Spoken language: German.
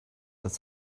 das